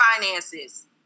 finances